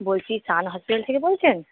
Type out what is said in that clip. বলছি Sun hospital থেকে বলছেন